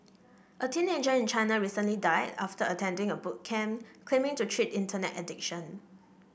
a teenager in China recently died after attending a boot camp claiming to treat internet addiction